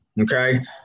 Okay